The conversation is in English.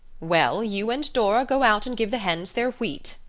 well, you and dora go out and give the hens their wheat,